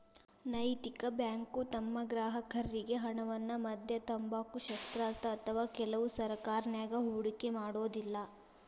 ನೈತಿಕ ಬ್ಯಾಂಕು ತಮ್ಮ ಗ್ರಾಹಕರ್ರಿಗೆ ಹಣವನ್ನ ಮದ್ಯ, ತಂಬಾಕು, ಶಸ್ತ್ರಾಸ್ತ್ರ ಅಥವಾ ಕೆಲವು ಸರಕನ್ಯಾಗ ಹೂಡಿಕೆ ಮಾಡೊದಿಲ್ಲಾ